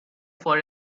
for